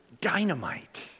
dynamite